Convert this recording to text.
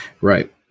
Right